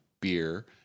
beer